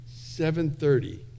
7.30